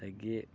ꯑꯗꯒꯤ